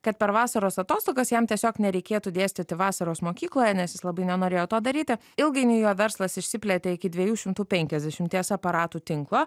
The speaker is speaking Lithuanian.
kad per vasaros atostogas jam tiesiog nereikėtų dėstyti vasaros mokykloje nes jis labai nenorėjo to daryti ilgainiui jo verslas išsiplėtė iki dviejų šimtų penkiasdešimties aparatų tinklo